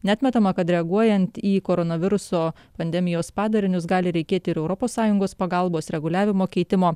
neatmetama kad reaguojant į koronaviruso pandemijos padarinius gali reikėti ir europos sąjungos pagalbos reguliavimo keitimo